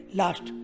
last